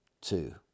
two